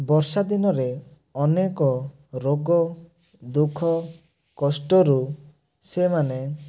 ବର୍ଷାଦିନରେ ଅନେକ ରୋଗ ଦୁଃଖ କଷ୍ଟରୁ ସେମାନେ